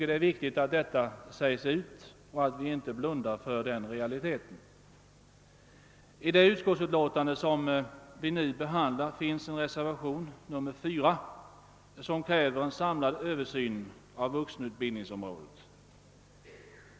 Det är viktigt att detta säges ut och att vi inte blundar för den realiteten. I reservationen 4 till det utskottsutlåtande som vi nu behandlar krävs en samlad översyn av vuxenutbildningsområdet.